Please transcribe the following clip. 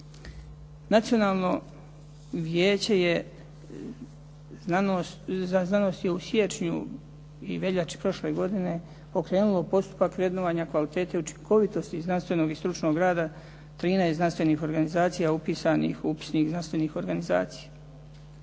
Nacionalno vijeće za znanost je u siječnju i veljači prošle godine pokrenulo postupak vrednovanje kvalitete i učinkovitosti znanstvenog i stručnog rada 13 znanstvenih organizacija upisanih u upisnik znanstvenih organizacija.